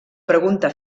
pregunta